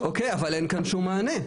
אוקיי, אבל אין כאן שום מענה.